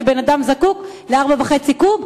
כי אדם זקוק ל-4.5 קוב,